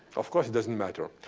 of course, it doesn't matter,